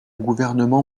gouvernement